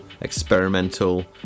experimental